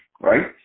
right